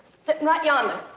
sittin' right yonder.